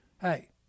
hey